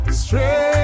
straight